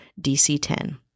DC-10